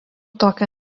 tokio